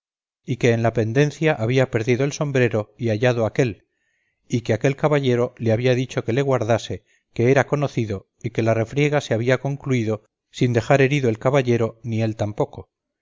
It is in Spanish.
y que en la pendencia había perdido el sombrero y hallado aquél y que aquel caballero le había dicho que le guardase que era conocido y que la refriega se había concluido sin quedar herido el caballero ni él tampoco